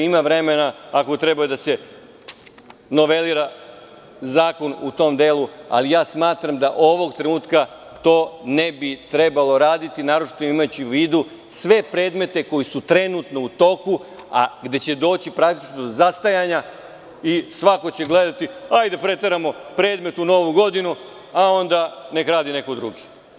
Ima vremena, ako treba da se novelira zakon u tom delu, ali smatram da ovog trenutka to ne bi trebalo raditi, naročito imajući u vidu sve predmete koji su trenutno u toku, a gde će doći, praktično, do zastajanja i svako će gledati, hajde da preteramo predmet u Novu godinu, a onda neka radi neko drugi.